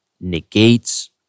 negates